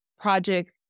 project